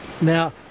now